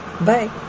Bye